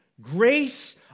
grace